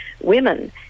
women